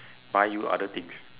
buy you other things